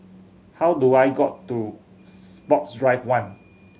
how do I got to Sports Drive One